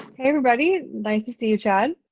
hey everybody! nice to see you, chad.